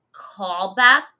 callback